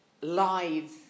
live